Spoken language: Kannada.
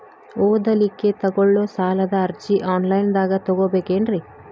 ಓದಲಿಕ್ಕೆ ತಗೊಳ್ಳೋ ಸಾಲದ ಅರ್ಜಿ ಆನ್ಲೈನ್ದಾಗ ತಗೊಬೇಕೇನ್ರಿ?